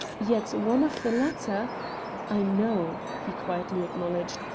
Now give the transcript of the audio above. yet one of the latter i know, he quietly acknowledged,